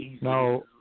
Now